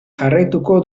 jarraituko